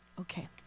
Okay